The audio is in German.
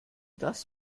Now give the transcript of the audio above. das